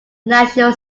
national